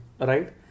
right